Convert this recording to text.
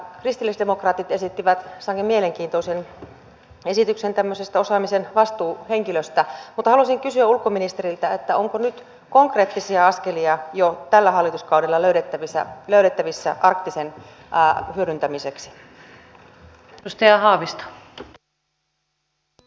kristillisdemokraatit esittivät sangen mielenkiintoisen esityksen tämmöisen osaamisen vastuuhenkilöstä mutta haluaisin kysyä ulkoministeriltä onko nyt konkreettisia askelia jo tällä hallituskaudella löydettävissä arktisen hyödyntämiseksi